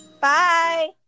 bye